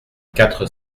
quatre